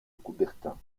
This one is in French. coubertin